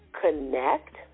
connect